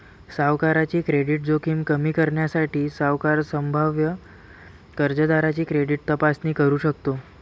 सावकाराची क्रेडिट जोखीम कमी करण्यासाठी, सावकार संभाव्य कर्जदाराची क्रेडिट तपासणी करू शकतो